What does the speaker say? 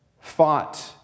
fought